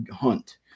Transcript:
hunt